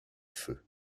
feu